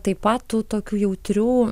taip pat tų tokių jautrių